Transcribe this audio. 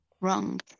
wrong